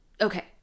Okay